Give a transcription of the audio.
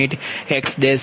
40 p